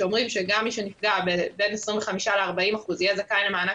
שאומרים שגם מי שנפגע בין 25% ל-40% יהיה זכאי למענק